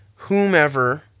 whomever